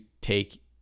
take